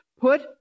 Put